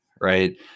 right